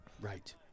Right